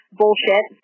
bullshit